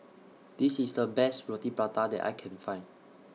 This IS The Best Roti Prata that I Can Find